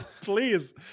Please